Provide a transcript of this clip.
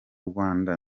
rwanda